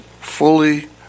fully